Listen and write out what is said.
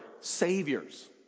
saviors